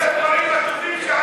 אחד הדברים הטובים שעשו,